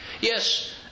Yes